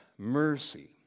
Mercy